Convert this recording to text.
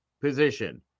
position